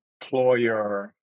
employer